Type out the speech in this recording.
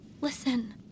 Listen